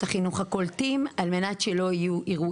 החינוך הקולטים על מנת שלא יהיו אירועים.